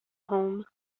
home